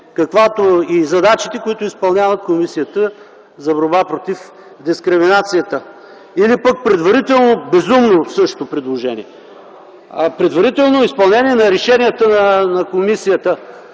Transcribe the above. както и задачите, които изпълнява Комисията за борба против дискриминацията, или също безумно предложение – предварително изпълнение на решенията на комисията,